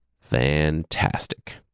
Fantastic